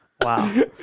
Wow